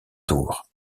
tour